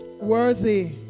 Worthy